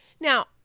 Now